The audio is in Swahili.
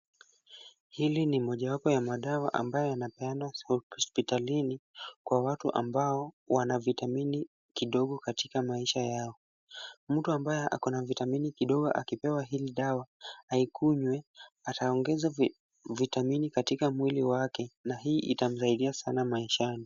Hili ni mojawapo ya madawa ambayo yanapeanwa hospitalini kwa watu ambao wana vitamini kidogo katika maisha yao. Mtu ambaye ako na vitamini kidogo akipewa hili dawa aikunywe, ataongeza vitamini katika mwili wake na huu itamsaidia sana maishani.